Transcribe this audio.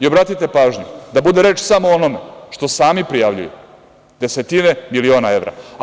Obratite pažnju, da bude reč samo o onome što sami prijavljuju, desetine miliona evra.